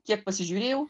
kiek pasižiūrėjau